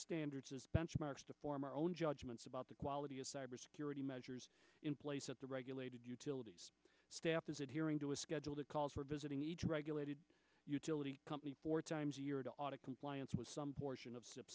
standard benchmarks to form our own judgments about the quality of cyber security measures in place at the regulated utility staff as adhering to a schedule that calls for visiting each regulated utility company four times a year to audit compliance with some portion